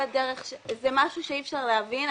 זה משהו שאי אפשר להבין.